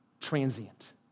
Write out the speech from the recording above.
transient